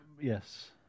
Yes